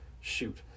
Shoot